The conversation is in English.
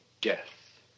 death